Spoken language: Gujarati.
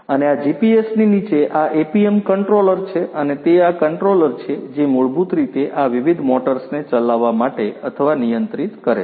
અને આ જીપીએસની નીચે આ એપીએમ કંટ્રોલર છે અને તે આ કન્ટ્રોલર છે જે મૂળભૂત રીતે આ વિવિધ મોટર્સને ચલાવવા માટે અથવા નિયંત્રિત કરે છે